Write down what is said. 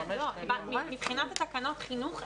מבחינת התקנות חינוך,